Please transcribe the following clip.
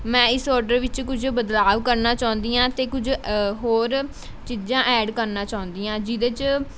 ਮੈਂ ਇਸ ਔਡਰ ਵਿੱਚ ਕੁਝ ਬਦਲਾਵ ਕਰਨਾ ਚਾਹੁੰਦੀ ਹਾਂ ਅਤੇ ਕੁਝ ਹੋਰ ਚੀਜ਼ਾਂ ਐਡ ਕਰਨਾ ਚਾਹੁੰਦੀ ਹਾਂ ਜਿਹਦੇ 'ਚ